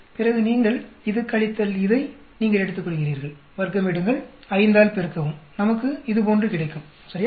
பிறகு நீங்கள் இது கழித்தல் இதை நீங்கள் எடுத்துக்கொள்கிறீர்கள் வர்க்கமெடுங்கள் 5 ஆல் பெருக்கவும் நமக்கு இது போன்று கிடைக்கும் சரியா